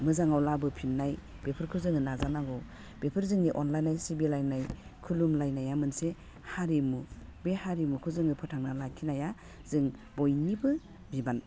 मोजाङाव लाबोफिननाय बेफोरखौ जोङो नाजानांगौ बेफोर जोंनि अनलायनाय सिबिलायनाय खुलुमलायनाया मोनसे हारिमु बे हारिमुखौ जोङो फोथांना लाखिनाया जों बयनिबो बिबान